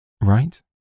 right